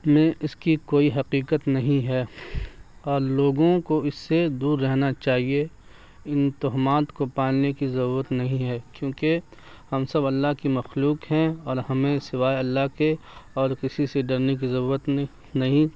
میں اس کی کوئی حقیقت نہیں ہے اور لوگوں کو اس سے دور رہنا چاہیے ان تہمات کو پالنے کی ضرورت نہیں ہے کیونکہ ہم سب اللہ کی مخلوق ہیں اور ہمیں سوائے اللہ کے اور کسی سے ڈرنے کی ضرورت نئیں نہیں